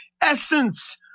essence